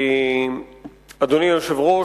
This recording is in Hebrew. אדוני היושב-ראש,